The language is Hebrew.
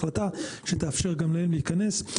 החלטה שתאפשר גם להם להיכנס.